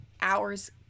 hours